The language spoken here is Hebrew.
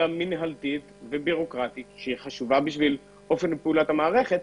מנהלית שהיא חשובה עבור פעולת המערכת